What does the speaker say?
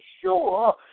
sure